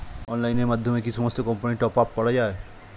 অনলাইনের মাধ্যমে কি সমস্ত কোম্পানির টপ আপ করা যায়?